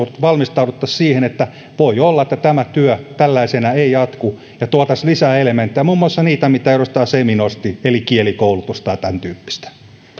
ajan valmistauduttaisiin siihen että voi olla että tämä työ tällaisena ei jatku ja tuotaisiin lisää elementtejä muun muassa niitä mitä edustaja semi nosti eli kielikoulutusta tai tämäntyyppistä